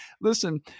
Listen